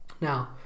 Now